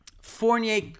Fournier